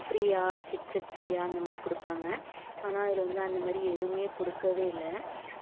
ஃப்ரீயாக ஹெட்செட் ஃப்ரீயாக அந்தமாதிரி கொடுப்பாங்க ஆனால் அதில் வந்து அந்தமாதிரி எதுவுமே கொடுக்கவே இல்லை